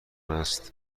است